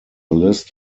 list